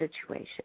situation